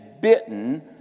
bitten